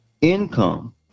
income